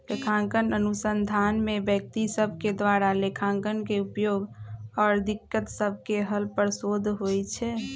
लेखांकन अनुसंधान में व्यक्ति सभके द्वारा लेखांकन के उपयोग आऽ दिक्कत सभके हल पर शोध होइ छै